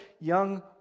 young